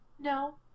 no